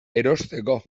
erosteko